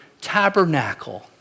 tabernacle